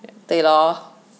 对咯